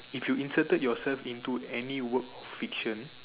if you inserted yourself into any work fiction